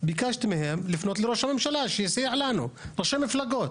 לראשי מפלגות